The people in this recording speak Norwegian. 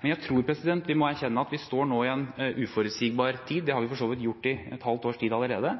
Men jeg tror vi må erkjenne at vi nå står i en uforutsigbar tid, og det har vi for så vidt gjort i et halvt års tid allerede.